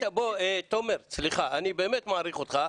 תומר סליחה, אני באמת מעריך אותך,